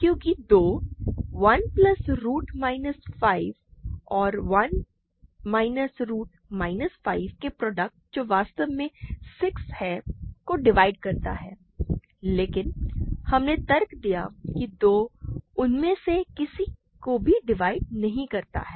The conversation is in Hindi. क्योंकि 2 1 प्लस रूट माइनस 5 और 1 माइनस रूट माइनस 5 के प्रोडक्ट जो वास्तव में 6 है को डिवाइड करता है लेकिन हमने तर्क दिया कि 2 उनमें से किसी को भी डिवाइड नहीं करता है